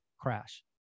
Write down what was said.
crash